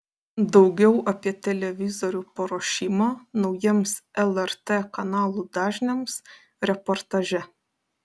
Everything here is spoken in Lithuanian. daugiau apie televizorių paruošimą naujiems lrt kanalų dažniams reportaže